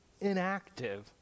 inactive